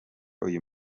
uyu